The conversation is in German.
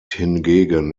hingegen